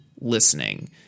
listening